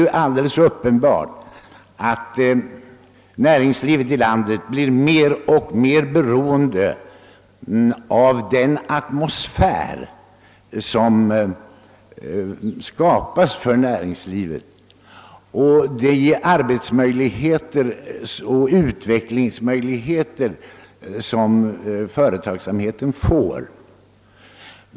Det är alldeles uppenbart att näringslivet i landet blir mer och mer beroende av den atmosfär som skapas för näringslivet och de arbetsvillkor och utvecklingsmöjligheter som företagsamheten får.